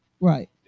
right